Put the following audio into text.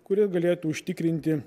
kurie galėtų užtikrinti